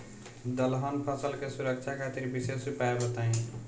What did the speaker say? दलहन फसल के सुरक्षा खातिर विशेष उपाय बताई?